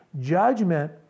judgment